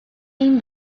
این